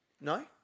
No